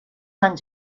anys